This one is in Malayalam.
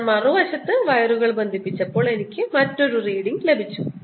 ഞാൻ മറുവശത്ത് വയറുകൾ ബന്ധിപ്പിച്ചപ്പോൾ എനിക്ക് മറ്റൊരു റീഡിങ് ലഭിച്ചു